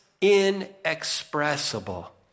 inexpressible